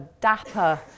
dapper